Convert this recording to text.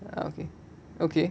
okay okay